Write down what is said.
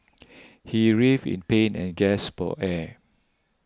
he writhed in pain and gasped for air